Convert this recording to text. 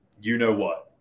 you-know-what